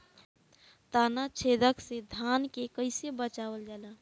ताना छेदक से धान के कइसे बचावल जाला?